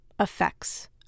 effects